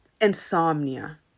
insomnia